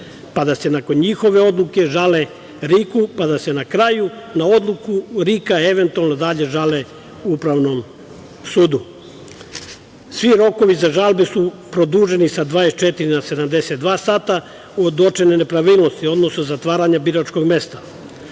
pa da se nakon njihove odluke žale RIK-u, pa da se na kraju na odluku RIK-a eventualno dalje žale Upravnom sudu. Svi rokovi za žalbe su produženi sa 24 na 72 sata od uočene nepravilnosti, odnosno zatvaranja biračkog mesta,